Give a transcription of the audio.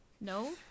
No